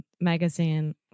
magazine